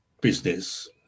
business